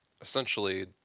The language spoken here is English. essentially